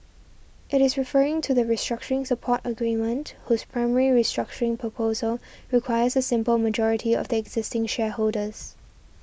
it is referring to the restructuring support agreement whose primary restructuring proposal requires a simple majority of the existing shareholders